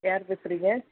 யார் பேசுகிறீங்க